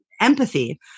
empathy